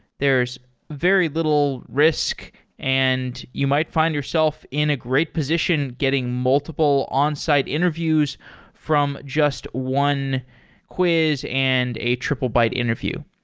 there's very little risk and you might find yourself in a great position getting multiple on-site interviews from just one quiz and a triplebyte interview.